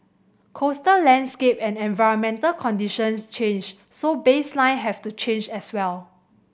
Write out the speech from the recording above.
coastal landscape and environmental conditions change so baseline have to change as well